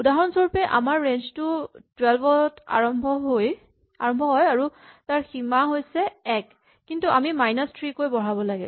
উদাহৰণস্বৰূপে আমাৰ ৰেঞ্জ টো ১২ ত আৰম্ভ হয় আৰু তাৰ সীমা হৈছে ১ কিন্তু আমি মাইনাচ থ্ৰী কৈ বঢ়াব লাগে